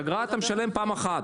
אגרה אתה משלם פעם אחת.